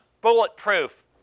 bulletproof